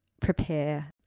prepare